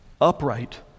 upright